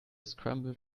scrambled